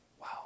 wow